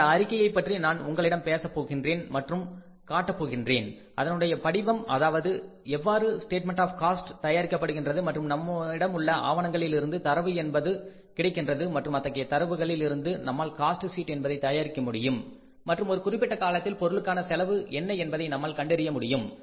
அந்த அறிக்கையை பற்றி நான் உங்களிடம் பேச போகின்றேன் மற்றும் காட்டப் போகின்றேன் அதனுடைய படிவம் அதாவது எவ்வாறு ஸ்டேட்மெண்ட் ஆஃ காஸ்ட் தயாரிக்கப்படுகின்றது மற்றும் நம்மிடமுள்ள ஆவணங்களில் இருந்து தரவு என்பது கிடைக்கின்றது மற்றும் அத்தகைய தரவுகளில் இருந்து நம்மால் காஸ்ட் ஷீட் என்பதை தயாரிக்க முடியும் மற்றும் ஒரு குறிப்பிட்ட காலகட்டத்தில் பொருளுக்கான செலவு என்ன என்பதை நம்மால் கண்டறிய முடியும்